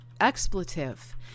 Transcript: expletive